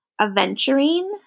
aventurine